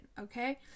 okay